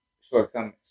shortcomings